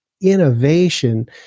innovation